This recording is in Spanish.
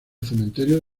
cementerio